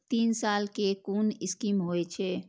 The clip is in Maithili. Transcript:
तीन साल कै कुन स्कीम होय छै?